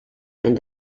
and